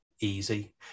easy